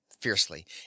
fiercely